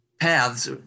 paths